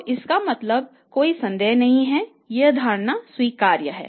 तो इसका मतलब कोई संदेह नहीं है यह धारणा स्वीकार्य है